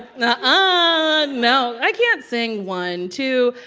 nuh-uh, um no. i can't sing, one. two,